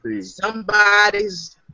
Somebody's